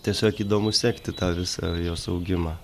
tiesiog įdomu sekti tą visą jos augimą